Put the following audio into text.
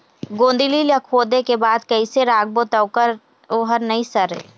गोंदली ला खोदे के बाद कइसे राखबो त ओहर नई सरे?